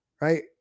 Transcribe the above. right